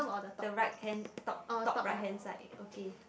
the right hand top top right hand side okay